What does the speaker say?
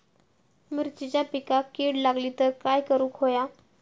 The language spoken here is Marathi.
मिरचीच्या पिकांक कीड लागली तर काय करुक होया?